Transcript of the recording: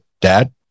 Dad